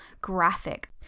graphic